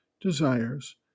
desires